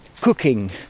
cooking